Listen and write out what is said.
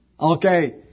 okay